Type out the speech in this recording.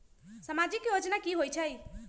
समाजिक योजना की होई छई?